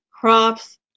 crops